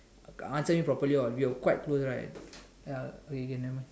uh answering properly we quite close right ya okay okay never mind